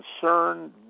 concern